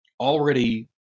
already